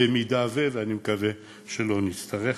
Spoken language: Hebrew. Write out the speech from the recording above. במידה ש ואני מקווה שלא נצטרך.